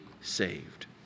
saved